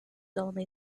only